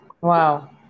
Wow